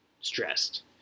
stressed